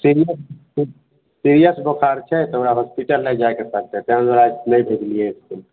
सीर serious बोखार छै ओकरा हॉस्पिटल लऽ जाइके पड़तै ताहि दुआरे आइ नहि भेजलिए इसकुल